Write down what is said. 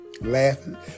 laughing